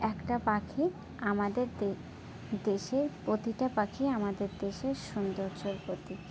একটা পাখি আমাদের দেশের প্রতিটা পাখি আমাদের দেশের সৌন্দর্যের প্রতীক